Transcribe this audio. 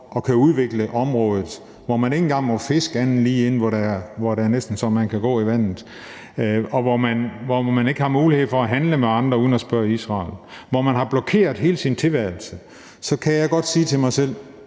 at kunne udvikle området, hvor man ikke engang må fiske andre steder end der, hvor man sådan næsten kan gå i vandet, hvor man ikke har mulighed for at handle med andre uden at spørge Israel, og hvor man har fået blokeret hele sin tilværelse, så kan jeg godt – og det